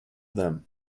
them